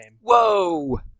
Whoa